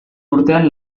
urtean